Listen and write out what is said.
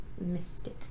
mystic